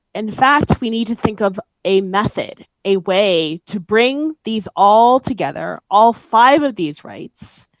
in fact, we need to think of a method, a way to bring these all together, all five of these rights.